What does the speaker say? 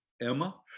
Emma